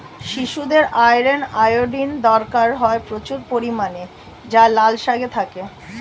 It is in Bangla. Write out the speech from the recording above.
শিশুদের আয়রন, আয়োডিন দরকার হয় প্রচুর পরিমাণে যা লাল শাকে থাকে